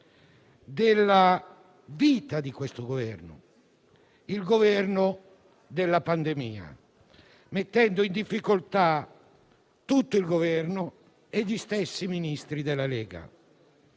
della vita di questo Esecutivo: il governo della pandemia, mettendo in difficoltà tutto il Governo e gli stessi Ministri della Lega.